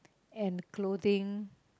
and clothing